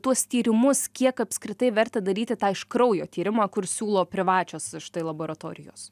tuos tyrimus kiek apskritai verta daryti tą iš kraujo tyrimą kur siūlo privačios štai laboratorijos